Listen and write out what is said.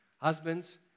Husbands